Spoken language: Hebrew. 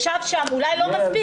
ישב שם אולי לא מספיק,